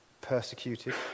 persecuted